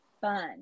fun